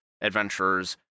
adventurers